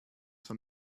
from